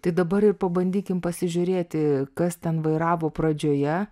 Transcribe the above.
tai dabar ir pabandykim pasižiūrėti kas ten vairavo pradžioje